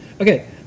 Okay